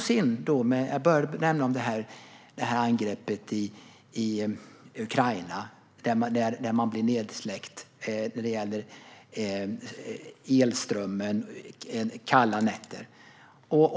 Jag nämnde tidigare angreppet som Ukraina råkade ut för, där landet blev nedsläckt och elströmmen försvann under kalla nätter.